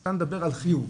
אתה מדבר על חיוב,